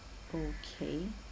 okay